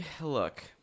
Look